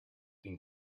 been